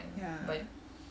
ya